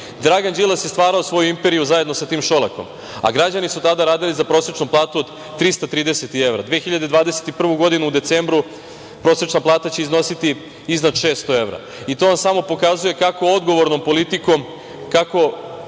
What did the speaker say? Dragan Đilas je stvarao svoju imperiju zajedno sa tim Šolakom, a građani su tada radili za prosečnu platu od 330 evra. Godine 2021. u decembru prosečna plata će iznositi iznad 600 evra. To vam samo pokazuje kako odgovornom politikom, kako